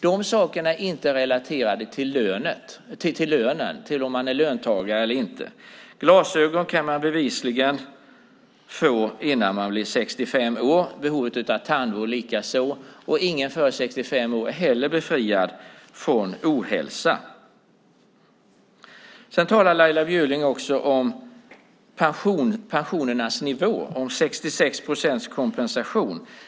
De sakerna är inte relaterade till om man är löntagare eller inte. Glasögon kan man bevisligen behöva innan man blir 65 år, tandvård likaså, och ingen under 65 år är heller befriad från ohälsa. Laila Bjurling talar också om pensionernas nivå, om 66 procents kompensation.